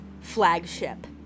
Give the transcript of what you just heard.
flagship